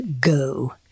go